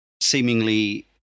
seemingly